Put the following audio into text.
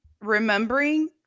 Remembering